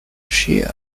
shea